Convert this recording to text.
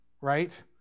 right